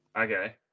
Okay